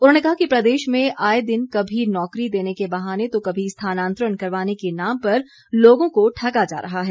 उन्होंने कहा कि प्रदेश में आए दिन कभी नौकरी देने के बहाने तो कभी स्थानांतरण करवाने के नाम पर लोगों को ठगा जा रहा है